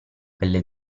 pelle